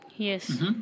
Yes